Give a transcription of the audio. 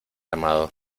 amado